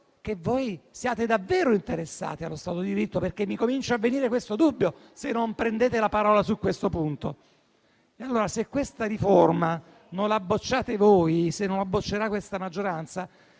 che voi siate davvero interessati allo Stato di diritto. Comincia a venirmi questo dubbio, infatti, se non prendete la parola su tale punto. Allora, se questa riforma non la bocciate voi, se non la boccerà questa maggioranza,